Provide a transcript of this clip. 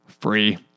free